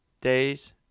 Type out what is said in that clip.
days